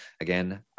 Again